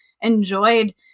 enjoyed